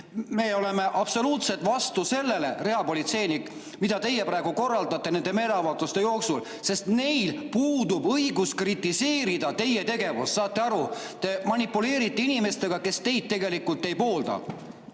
me oleme absoluutselt vastu sellele, mida teie praegu korraldate nende meeleavalduste jooksul, sest neil puudub õigus kritiseerida teie tegevust. Saate aru, te manipuleerite inimestega, kes teid tegelikult ei poolda. Ja